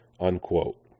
Unquote